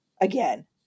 again